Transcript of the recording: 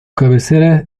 cabecera